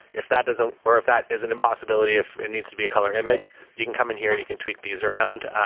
if that doesn't, or if that is an impossibility. if it needs to be a color image you can come in here and you can tweak these around.